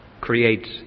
creates